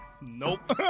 Nope